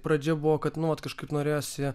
pradžia buvo kad nu vat kažkaip norėjosi